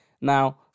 Now